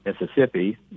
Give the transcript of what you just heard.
Mississippi